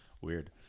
Weird